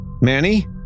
Manny